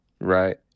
right